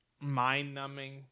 mind-numbing